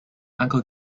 uncle